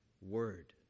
word